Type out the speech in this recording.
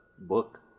book